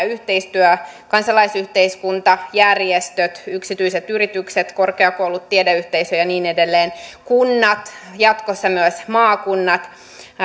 yhteistyö kansalaisyhteiskunta järjestöt yksityiset yritykset korkeakoulut tiedeyhteisö ja niin edelleen kunnat jatkossa myös maakunnat